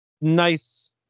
Nice